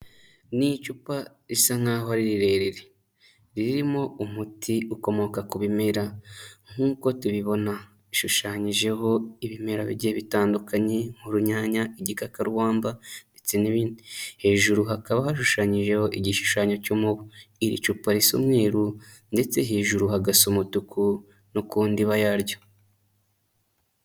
Ni icupa risa nkaho ari rirerire ririmo umuti ukomoka ku bimera nk'uko tubibona ishushanyijeho ibimera bigiye bitandukanye nk'urunyanya, igikakarubamba ndetse n'ibindi hejuru hakaba hashushanyijeho igishushanyo cy'umubu, iri cupa risa umweru ndetse hejuru hagasa umutuku no kundiba yaryo.